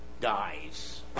dies